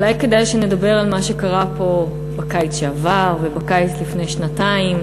אולי כדאי שנדבר על מה שקרה פה בקיץ שעבר ובקיץ לפני שנתיים.